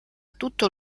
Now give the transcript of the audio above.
tutto